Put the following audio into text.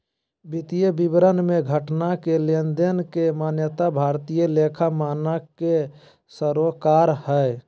वित्तीय विवरण मे घटना के लेनदेन के मान्यता भारतीय लेखा मानक के सरोकार हय